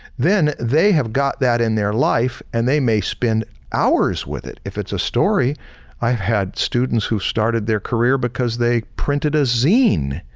then they have got that in their life and they may spend hours with it. if it's a story i've had students who started their career because they printed a zine.